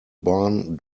barn